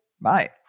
Bye